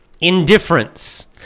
indifference